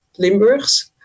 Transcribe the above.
Limburgs